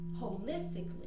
holistically